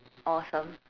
awesome